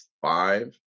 five